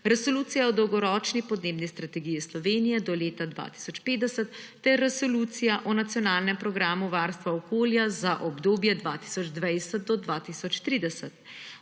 Resolucijo o Dolgoročni podnebni strategiji Slovenije do leta 2050 ter Resolucijo o Nacionalnem programu varstva okolja za obdobje 2020–2030.